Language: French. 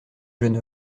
jeune